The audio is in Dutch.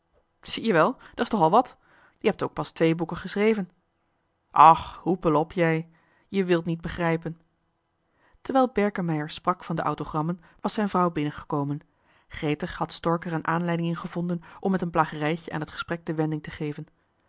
zie je wel da's toch al wat je hebt toch ook pas twee boeken geschreven och hoepel op jij je wilt niet begrijpen terwijl berkemeier sprak van de autogrammen was zijn vrouw binnengekomen gretig had stork er een aanleiding in gevonden om met een plagerijtje aan het gesprek de wending te geven